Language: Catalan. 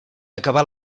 acabar